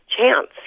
chance